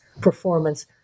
performance